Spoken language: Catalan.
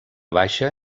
baixa